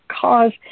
Cause